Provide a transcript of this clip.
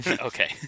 Okay